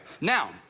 Now